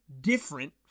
different